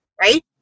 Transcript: right